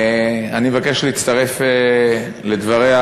אני מבקש להצטרף לדבריה